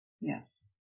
yes